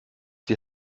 die